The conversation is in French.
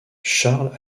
charles